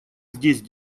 здесь